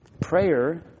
Prayer